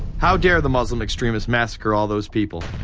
how dare the muslim extremists massacre all those people?